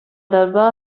dal